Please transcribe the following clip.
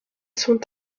sont